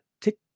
tick